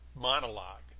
monologue